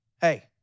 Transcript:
Hey